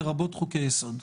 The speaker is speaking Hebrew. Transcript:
לרבות חוקי-יסוד.